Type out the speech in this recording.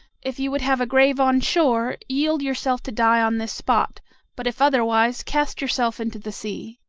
if you would have a grave on shore, yield yourself to die on this spot but if otherwise, cast yourself into the sea.